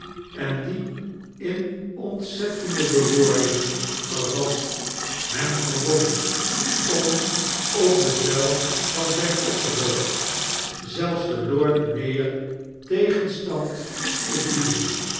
en die in ontzettende bewoordingen vervat hem verbond om op bevel van zijn opperhoofd zelfs den lord mayor tegenstand te bieden